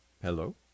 Hello